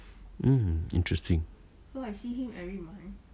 mm interesting